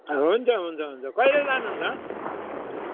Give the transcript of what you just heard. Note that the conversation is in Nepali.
हुन्छ हुन्छ हुन्छ कहिले लानुहुन्छ